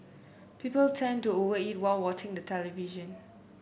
people tend to over eat while watching the television